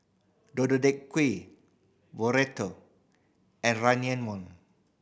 Deodeok Gui Burrito and Ramyeon